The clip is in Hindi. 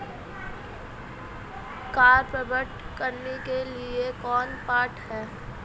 कार ऋण प्राप्त करने के लिए कौन पात्र है?